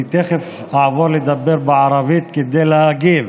אני תכף אעבור לדבר בערבית כדי להגיב